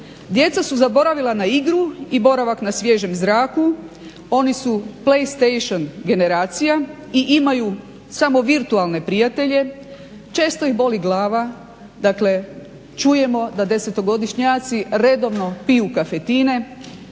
Djeca su zaboravila na igru i boravak na svježem zraku, oni su play station generacija i imaju samo virtualne prijatelje, često ih boli glava. Dakle, čujemo da desetogodišnjaci redovno piju kafetine.